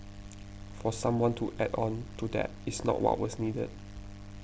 for someone to add on to that is not what was needed